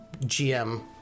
GM